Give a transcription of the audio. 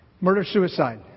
murder-suicide